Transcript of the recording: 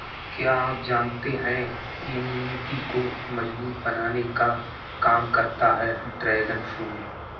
क्या आप जानते है इम्यूनिटी को मजबूत बनाने का काम करता है ड्रैगन फ्रूट?